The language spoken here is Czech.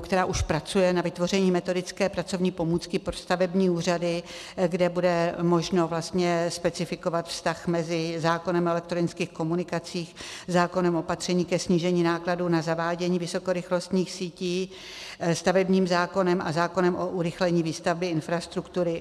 která už pracuje na vytvoření metodické pracovní pomůcky pro stavební úřady, kde bude možno vlastně specifikovat vztah mezi zákonem o elektronických komunikacích, zákonném opatření ke snížení nákladů na zavádění vysokorychlostních sítí, stavebním zákonem a zákonem o urychlení výstavby infrastruktury.